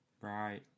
Right